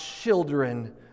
children